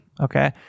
okay